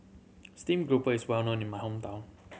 stream grouper is well known in my hometown